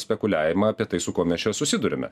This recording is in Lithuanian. spekuliavimą apie tai su kuo mes čia susiduriame